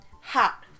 Hot